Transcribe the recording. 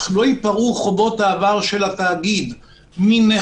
(8)התאגיד רשאי לעשות שימוש בנכס המשועבד בשעבוד קבוע,